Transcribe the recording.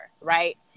right